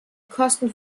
kosten